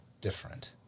different